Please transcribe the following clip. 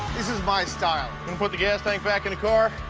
this is my style. gonna put the gas tank back in the car,